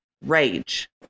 rage